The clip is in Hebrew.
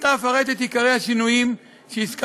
ועתה אפרט את עיקרי השינויים שהזכרתי: